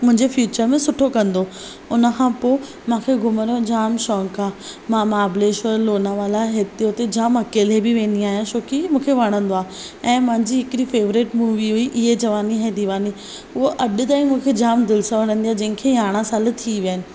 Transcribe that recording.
मुंहिंजे फ्यूचर में सुठो कंदो हुन खां पोइ मूंखे घुमणु जो जाम शौकु़ आहे मां महाबलेश्वर लोनावाला हिते उते जाम अकेली बि वेंदी आहियां छो कि मूंखे वणंदो आहे ऐं मुंहिंजी हिकिड़ी फे़वरेट मूवी हुई ये जवानी है दीवानी उहो अॼु ताईं मूंखे जाम दिलि सां वणंदी आहे जंहिं खे यारहां साल थी विया आहिनि